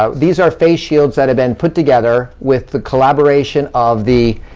um these are face shields that have been put together with the collaboration of the,